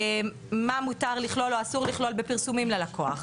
מה מותר ואסור לכלול בפרסומים ללקוח?